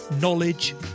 knowledge